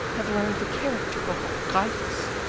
have learned the character of old gryphus,